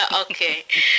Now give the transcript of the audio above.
Okay